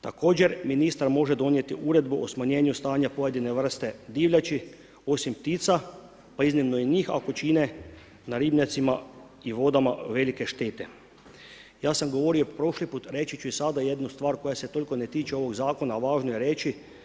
Također, ministar može donijeti Uredbu o smanjenju stanja pojedine vrste divljači, osim ptica pa iznimno i njih ako čine na ribnjacima i vodama velike štete. ja sam govorio prošli put, i reći ću sada jednu stvar koja se toliko ne tiče ovog Zakona, a važno je reći.